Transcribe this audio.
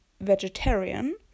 vegetarian